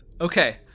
Okay